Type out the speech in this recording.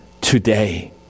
today